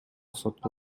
сотко